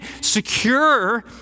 secure